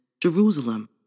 Jerusalem